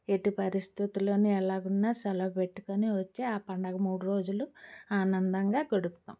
ఎట్టి పరిస్థితులోని ఎలాగున్నా సెలవు పెట్టుకొని వచ్చి ఆ పండుగ మూడు రోజులు ఆనందంగా గడుపుతాం